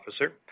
Officer